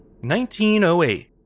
1908